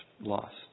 lost